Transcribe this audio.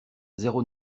zéro